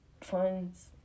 funds